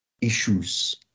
issues